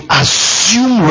assume